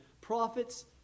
Prophets